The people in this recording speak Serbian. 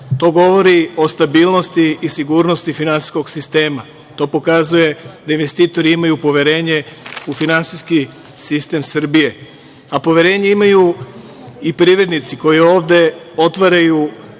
To govori o stabilnosti i sigurnosti finansijskog sistema. To pokazuje da investitori imaju poverenje u finansijski sistem Srbije, a poverenje imaju i privrednici koji ovde otvaraju